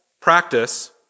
practice